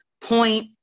point